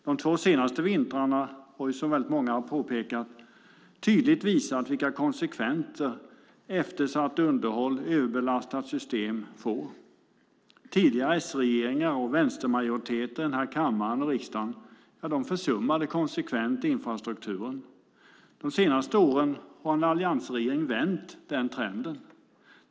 De två senaste vintrarna har vi, som många har påpekat, tydligt visat vilka konsekvenser eftersatt underhåll och ett överbelastat system får. Tidigare S-regeringar och vänstermajoriteter i den här kammaren och riksdagen försummade konsekvent infrastrukturen. De senaste åren har alliansregeringen vänt den trenden.